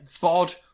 Bod